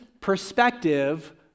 perspective